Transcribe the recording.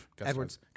Edwards